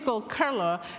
color